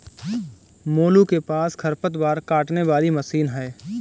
मोलू के पास खरपतवार काटने वाली मशीन है